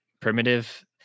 primitive